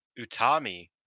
Utami